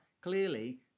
Clearly